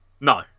No